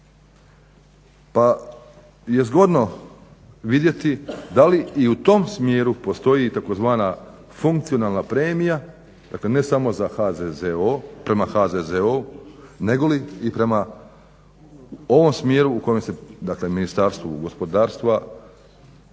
Pa je zgodno vidjeti da li i u tom smjeru postoji tzv. funkcionalna premija dakle ne samo za HZZO prema HZZO-u nego li prema ovom smjeru dakle Ministarstvu gospodarstva ili